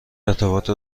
ارتباط